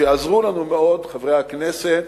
שעזרו לנו מאוד, חברי הכנסת,